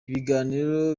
ibiganiro